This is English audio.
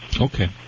okay